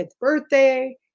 birthday